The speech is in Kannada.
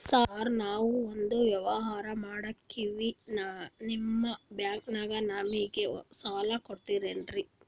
ಸಾರ್ ನಾವು ಒಂದು ವ್ಯವಹಾರ ಮಾಡಕ್ತಿವಿ ನಿಮ್ಮ ಬ್ಯಾಂಕನಾಗ ನಮಿಗೆ ಸಾಲ ಕೊಡ್ತಿರೇನ್ರಿ?